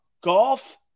Golf